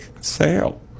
sale